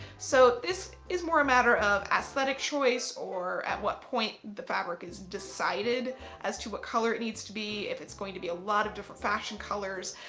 so this is more a matter of aesthetic choice or at what point the fabric is decided as to what color it needs to be. if it's going to be a lot of different fashion colors,